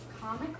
Comic